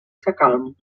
sacalm